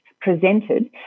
presented